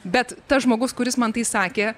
bet tas žmogus kuris man tai sakė